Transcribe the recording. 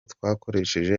twakoresheje